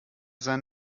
sein